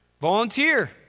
Volunteer